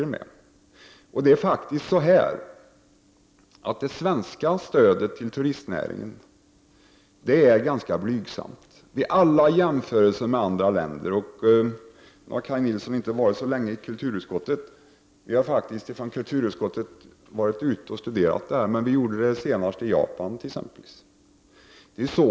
Vid alla jämförelser med andra länder är det svenska stödet till turistnäringen ganska blygsamt. Kaj Nilsson har inte varit ledamot av kulturutskottet så länge. Kulturutskottet har faktiskt varit ute och studerat detta. Vi var senast i Japan.